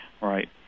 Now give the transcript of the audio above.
Right